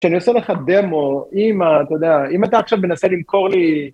כשאני עושה לך דמו, אם, אתה יודע, אם אתה עכשיו מנסה למכור לי...